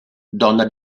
donna